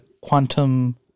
Quantum